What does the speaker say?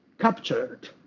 captured